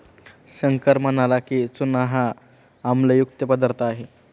शंकर म्हणाला की, चूना हा आम्लयुक्त पदार्थ आहे